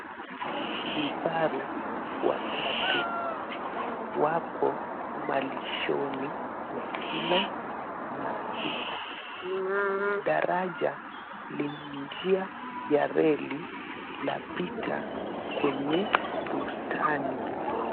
Vifaru watatu wapo malishoni wakila nyasi. Daraja lenye njia ya reli lapita kwenye bustani.